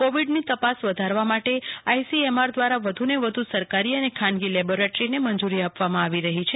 કોવિડની તપાસ વધારવા માટે આઈસીએમઆર દ્વારા વધુને વધુ સરકારી અને ખાનગી લેબોરેટરીને મંજૂરી આપવામાં આવી રહી છે